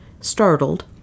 Startled